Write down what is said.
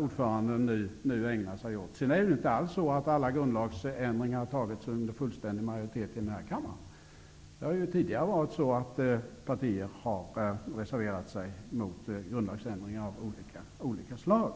ordföranden nu ägnar sig åt. Det är ju inte alls så att alla beslut om grundlagsändringar har fattats med fullständig majoritet i denna kammare. Det har tidigare funnits partier som har reservert sig mot grundlagsändringar av olika slag.